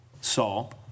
Saul